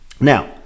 now